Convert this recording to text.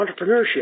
entrepreneurship